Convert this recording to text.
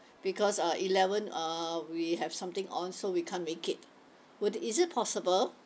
because uh eleven uh we have something on so we can't make it would it is it possible